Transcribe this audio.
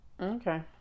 Okay